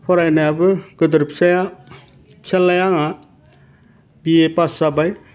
फरायनायाबो गोदोरफिसाया फिसालाया आंहा बिए पास जाबाय